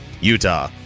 utah